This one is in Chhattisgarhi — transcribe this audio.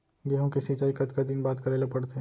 गेहूँ के सिंचाई कतका दिन बाद करे ला पड़थे?